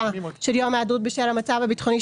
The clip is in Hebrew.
של "יום היעדרות בשל המצב הביטחוני",